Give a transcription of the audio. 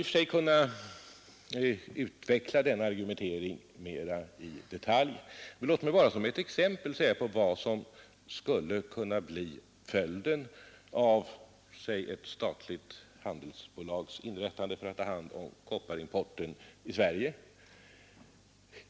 I och för sig skulle jag kunna utveckla denna argumentering mera i detalj, men låt mig bara säga som ett exempel på vad som skulle kunna bli följden av exempelvis inrättandet av ett statligt handelsbolag som skulle ta hand om kopparimporten till Sverige.